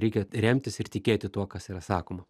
reikia remtis ir tikėti tuo kas yra sakoma